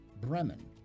Bremen